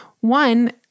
One